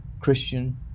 Christian